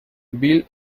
bill